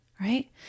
right